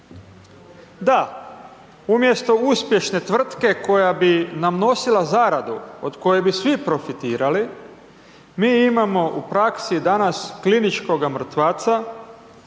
Da, umjesto uspješne tvrtke koja bi nam nosila zaradu, od koje bi svi profitirali, mi imamo u praksi danas kliničkoga mrtvaca